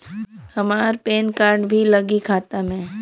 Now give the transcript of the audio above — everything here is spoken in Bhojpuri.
हमार पेन कार्ड भी लगी खाता में?